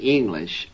English